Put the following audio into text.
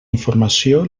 informació